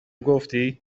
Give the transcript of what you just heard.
گفتی